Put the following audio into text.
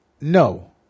No